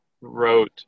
wrote